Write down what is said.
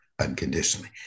unconditionally